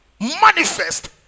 manifest